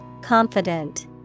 Confident